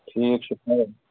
ٹھیٖک چھُ سر